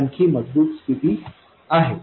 ही आणखी मजबूत स्थिती आहे